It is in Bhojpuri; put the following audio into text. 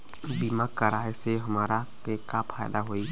बीमा कराए से हमरा के का फायदा होई?